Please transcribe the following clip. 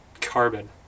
carbon